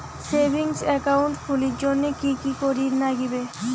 Savings account খুলির জন্যে কি কি করির নাগিবে?